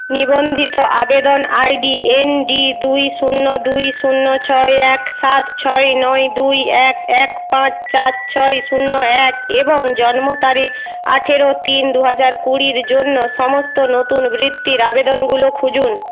নিবন্ধিত আবেদন I D N D দুই শূন্য দুই শূন্য ছয় এক সাত ছয় নয় দুই এক এক পাঁচ চার ছয় শূন্য এক এবং জন্ম তারিখ আঠেরো তিন দু হাজার কুড়ির জন্য সমস্ত নতুন বৃত্তির আবেদনগুলো খুঁজুন